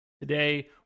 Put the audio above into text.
Today